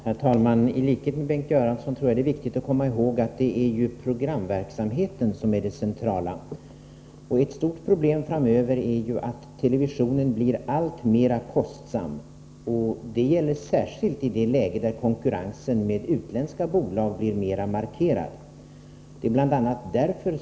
Herr talman! I likhet med Bengt Göransson vill jag säga att det är viktigt att komma ihåg att programverksamheten är det centrala. Ett stort problem framöver är att televisionen blir alltmer kostsam, och det gäller särskilt i det läge där konkurrensen med utländska bolag blir mera markerad.